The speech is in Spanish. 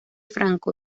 franco